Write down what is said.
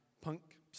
punk